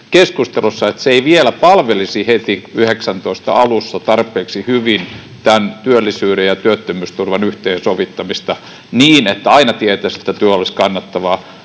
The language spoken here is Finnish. sitä mieltä, että se ei vielä palvelisi heti vuoden 19 alussa tarpeeksi hyvin työllisyyden ja työttömyysturvan yhteensovittamista niin, että aina tietäisi, että työ olisi kannattavaa.